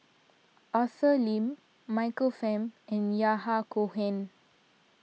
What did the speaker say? Arthur Lim Michael Fam and Yahya Cohen